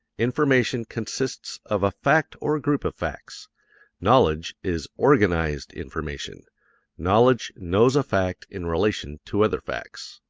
information consists of a fact or a group of facts knowledge is organized information knowledge knows a fact in relation to other facts.